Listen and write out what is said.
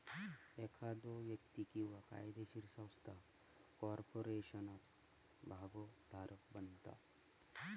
एखादो व्यक्ती किंवा कायदोशीर संस्था कॉर्पोरेशनात भागोधारक बनता